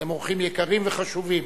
אתם אורחים יקרים וחשובים.